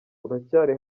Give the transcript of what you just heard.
uracyari